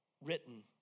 written